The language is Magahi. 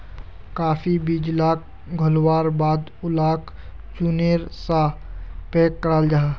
काफी बीज लाक घोल्वार बाद उलाक चुर्नेर सा पैक कराल जाहा